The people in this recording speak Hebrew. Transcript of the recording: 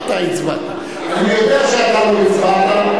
אני יודע שאתה לא הצבעת.